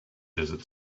desert